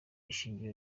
ishingiro